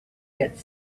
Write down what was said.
get